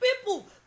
people